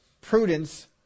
prudence